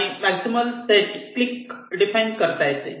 प्रत्येक maximal set साठी click define करता येते